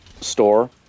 store